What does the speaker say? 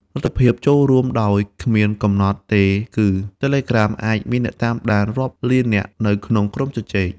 លទ្ធភាពចូលរួមដោយគ្មានកំណត់ទេគឺTelegram អាចមានអ្នកតាមដានរាប់លាននាក់នៅក្នុងក្រុមជជែក។